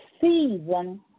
season